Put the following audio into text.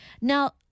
Now